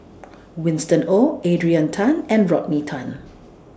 Winston Oh Adrian Tan and Rodney Tan